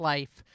Life